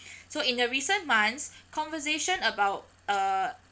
so in the recent months conversation about uh